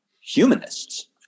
humanists